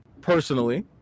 personally